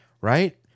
Right